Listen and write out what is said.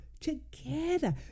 together